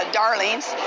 darlings